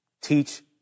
Teach